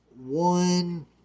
one